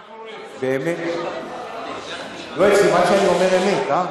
באמת, זה סימן שאני דובר אמת.